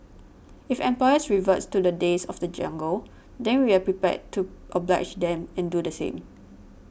if employers reverts to the days of the jungle then we are prepared to oblige them and do the same